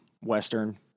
western